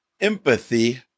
empathy